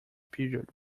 period